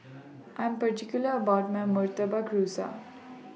I Am particular about My Murtabak Rusa